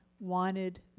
wanted